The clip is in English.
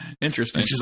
Interesting